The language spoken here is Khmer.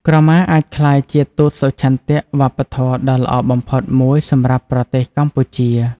ក្រមាអាចក្លាយជា ទូតសុឆន្ទៈ វប្បធម៌ដ៏ល្អបំផុតមួយសម្រាប់ប្រទេសកម្ពុជា។